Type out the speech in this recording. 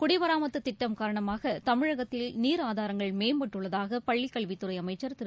குடிமராமத்துதிட்டம் காரணமாகதமிழகத்தில் நீர் ஆதாரங்கள் மேம்பட்டுள்ளதாகபள்ளிக்கல்வித்துறைஅமைச்சர் திரு